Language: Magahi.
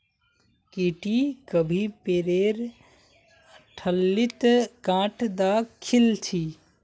की टी कभी पेरेर ठल्लीत गांठ द खिल छि